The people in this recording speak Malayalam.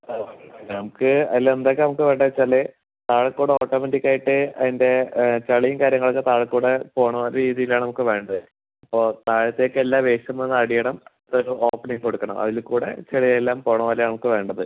നമുക്ക് അതിൽ എന്തൊക്കെ നമുക്ക് വേണ്ടത് വെച്ചാൽ താഴെക്കൂടി ഓട്ടോമാറ്റിക് ആയിട്ട് അതിൻ്റ ചളിയും കാര്യങ്ങളൊക്ക താഴക്കൂടി പോകണ രീതിയിലാണ് നമുക്ക് വേണ്ടത് അപ്പോൾ താഴത്തേക്ക് എല്ലാ വേസ്റ്റും വന്ന് അടിയണം ഓപ്പണിങ്ങ് കൊടുക്കണം അതിൽക്കൂടി ചെളി എല്ലാം പോകണ പോലെയാണ് നമുക്ക് വേണ്ടത്